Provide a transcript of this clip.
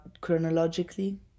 chronologically